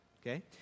okay